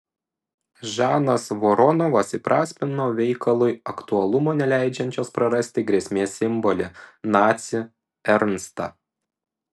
žanas voronovas įprasmino veikalui aktualumo neleidžiančios prarasti grėsmės simbolį nacį ernstą